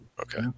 okay